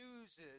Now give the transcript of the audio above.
chooses